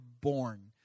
born